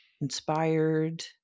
inspired